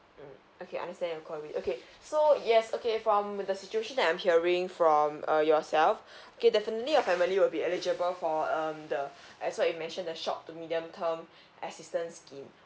mm okay understand your query okay so yes okay from with the situation that I'm hearing from uh yourself okay definitely your family will be eligible for um the as what you mentioned the short to medium term assistance scheme